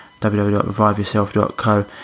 www.reviveyourself.co